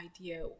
idea